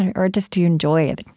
and or just, do you enjoy it?